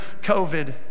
COVID